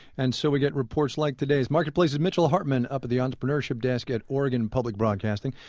and so we get reports like today's. marketplace's mitchell hartman up at the entrepreneurship desk at oregon public broadcasting.